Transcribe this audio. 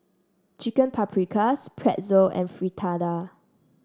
Chicken Paprikas Pretzel and Fritada